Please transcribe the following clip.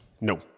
No